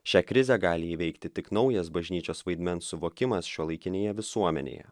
šią krizę gali įveikti tik naujas bažnyčios vaidmens suvokimas šiuolaikinėje visuomenėje